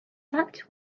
that